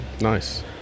nice